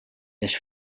les